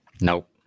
Nope